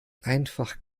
einfach